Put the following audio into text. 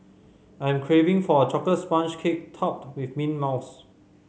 I am craving for a chocolate sponge cake topped with mint mousse